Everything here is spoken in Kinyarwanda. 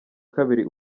kabiri